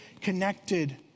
connected